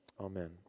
Amen